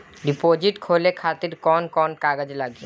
Deposit खोले खातिर कौन कौन कागज लागी?